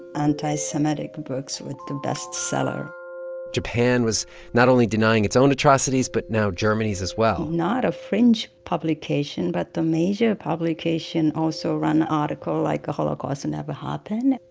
anti-semitic books were the best-seller japan was not only denying its own atrocities but now germany's as well not a fringe publication but the major publication also ran articles like the holocaust and never happened,